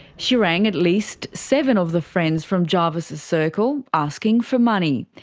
she rang at least seven of the friends from jarvis's circle, asking for money.